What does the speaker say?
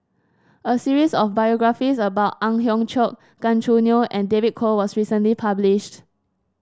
a series of biographies about Ang Hiong Chiok Gan Choo Neo and David Kwo was recently published